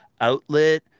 outlet